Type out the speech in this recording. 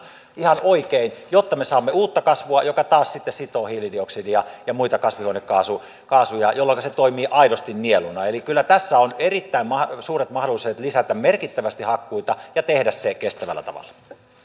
ihan oikein jotta me saamme uutta kasvua joka taas sitten sitoo hiilidioksidia ja muita kasvihuonekaasuja jolloinka se toimii aidosti nieluna eli kyllä tässä on erittäin suuret mahdollisuudet lisätä merkittävästi hakkuita ja tehdä se kestävällä tavalla